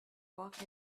walk